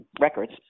records